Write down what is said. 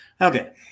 Okay